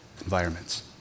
environments